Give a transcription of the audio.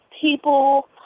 people